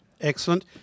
Excellent